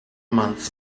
months